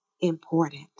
important